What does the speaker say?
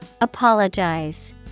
Apologize